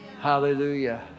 Hallelujah